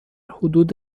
حدود